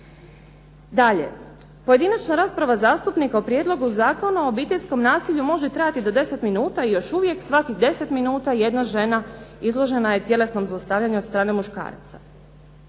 Dalje, pojedinačna rasprava zastupnika o Prijedlogu zakona o obiteljskom nasilju može trajati do 10 minuta i još uvijek svakih 10 minuta jedna žena izložena je tjelesnom zlostavljanju od strane muškaraca.